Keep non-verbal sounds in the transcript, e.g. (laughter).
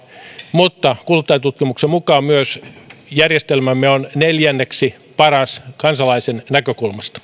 mutta kuluttajatutkimuksen mukaan järjestelmämme on neljänneksi paras myös kansalaisen näkökulmasta (unintelligible)